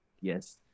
Yes